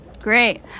Great